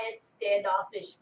standoffish